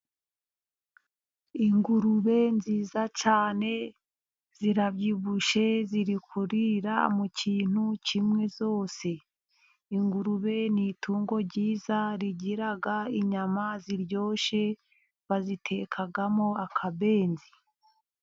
Ingurube nziza cyane, zirabyibushye, ziri kurira mu kintu kimwe zose. Ingurube ni itungo ryiza, rigira inyama ziryoshye, bazitekamo akabenzi.